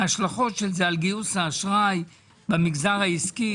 ההשלכות של זה על גיוס האשראי במגזר העסקי,